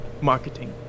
marketing